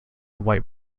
white